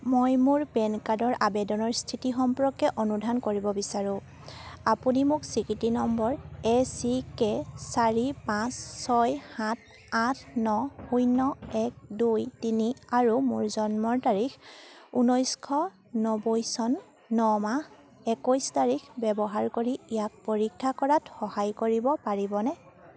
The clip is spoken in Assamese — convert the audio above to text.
মই মোৰ পেন কাৰ্ডৰ আবেদনৰ স্থিতি সম্পৰ্কে অনুসন্ধান কৰিব বিচাৰোঁ আপুনি মোক স্বীকৃতি নম্বৰ এ চি কে চাৰি পাঁচ ছয় সাত আঠ ন শূন্য এক দুই তিনি আৰু মোৰ জন্মৰ তাৰিখ ঊনৈছশ নব্বৈ চন ন মাহ একৈছ তাৰিখ ব্যৱহাৰ কৰি ইয়াক পৰীক্ষা কৰাত সহায় কৰিব পাৰিবনে